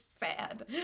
bad